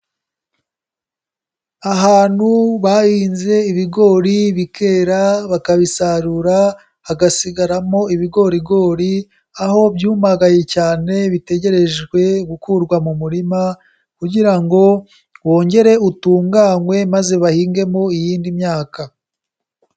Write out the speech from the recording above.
Ahantu bahinze ibigori bikera bakabisarura hagasigaramo ibigorigori, aho byumagaye cyane bitegerejwe gukurwa mu murima kugira ngo wongere utunganwe maze bahingemo iyindi myaka.